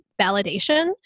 validation